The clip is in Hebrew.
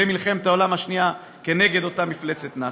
במלחמת העולם השנייה, נגד אותה מפלצת נאצית.